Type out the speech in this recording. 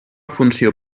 funció